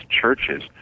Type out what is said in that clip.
churches